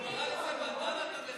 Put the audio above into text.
הוא קרא לזה "בנדנת המחאה".